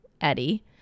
Eddie